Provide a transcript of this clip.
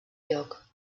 lloc